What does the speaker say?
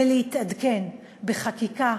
ולהתעדכן בחקיקה,